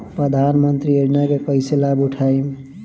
प्रधानमंत्री योजना के कईसे लाभ उठाईम?